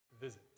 visit